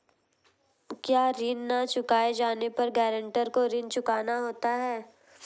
क्या ऋण न चुकाए जाने पर गरेंटर को ऋण चुकाना होता है?